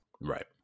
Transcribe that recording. right